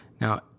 Now